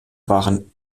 waren